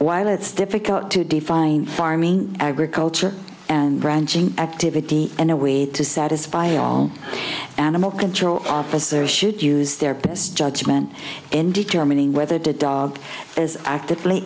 while it's difficult to define farming agriculture and ranching activity in a way to satisfy all animal control officers should use their best judgment in determining whether de dog is actively